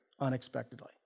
unexpectedly